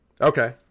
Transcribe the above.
Okay